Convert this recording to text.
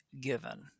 given